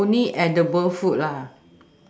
only edible food lah